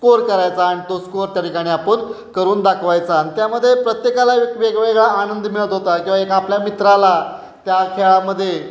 score करायचा आणि तो स्कोर त्या ठिकाणी आपण करून दाखवायचा आणि त्यामध्ये प्रत्येकाला एक वेगवेगळा आनंद मिळत होता किंवा एक आपल्या मित्राला त्या खेळामध्ये